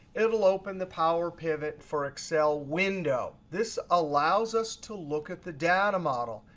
it'll open the power pivot for excel window. this allows us to look at the data model.